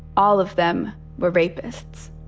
all of them were rapists.